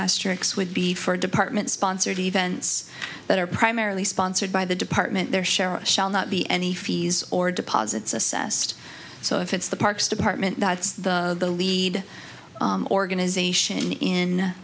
asterix would be for department sponsored events that are primarily sponsored by the department their share shall not be any fees or deposits assessed so if it's the parks department that's the lead organization in